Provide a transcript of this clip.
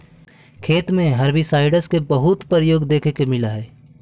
खेत में हर्बिसाइडस के बहुत प्रयोग देखे के मिलऽ हई